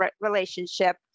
relationship